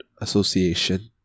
Association